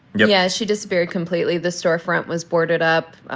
yeah, she disappeared completely. the storefront was boarded up.